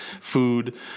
food